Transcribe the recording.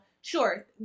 Sure